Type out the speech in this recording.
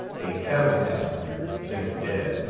a cabin-passenger, since dead,